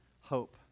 hope